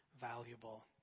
valuable